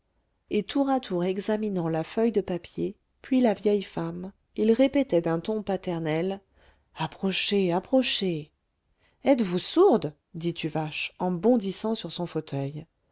et tour à tour examinant la feuille de papier puis la vieille femme il répétait d'un ton paternel approchez approchez êtes-vous sourde dit tuvache en bondissant sur son fauteuil